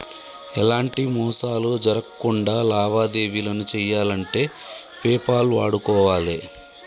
ఎలాంటి మోసాలు జరక్కుండా లావాదేవీలను చెయ్యాలంటే పేపాల్ వాడుకోవాలే